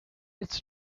its